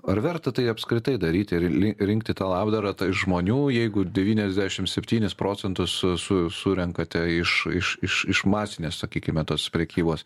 ar verta tai apskritai daryti ir rinkti tą labdarą tai žmonių jeigu devyniasdešimt septynis procentus su surenkate iš iš iš iš masinės sakykime tos prekybos